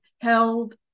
held